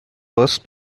first